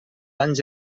anys